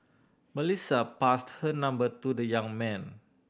Melissa passed her number to the young man